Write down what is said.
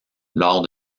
lors